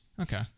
Okay